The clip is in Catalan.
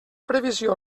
previsió